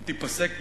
תיפסק,